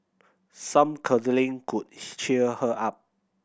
some cuddling could cheer her up